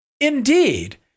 Indeed